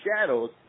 shadows